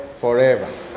forever